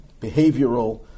behavioral